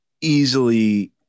easily